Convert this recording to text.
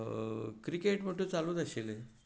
cricket म्हूण तूं चालूच आशिल्लें